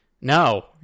No